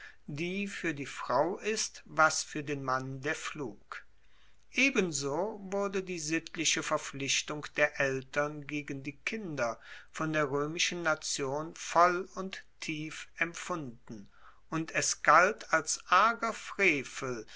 die fuer die frau ist was fuer den mann der pflug ebenso wurde die sittliche verpflichtung der eltern gegen die kinder von der roemischen nation voll und tief empfunden und es galt als arger frevel